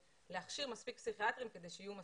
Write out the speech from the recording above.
להכשיר מספיק פסיכיאטרים כדי שיהיו מספיק,